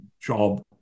job